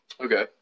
Okay